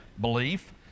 belief